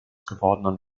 gewordenen